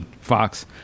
Fox